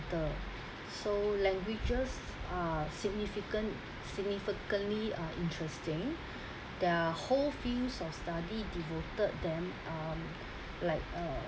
so languages are significant significantly uh interesting their whole field of study devoted them um like a